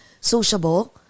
sociable